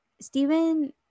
Stephen